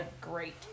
great